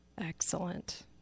excellent